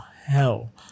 hell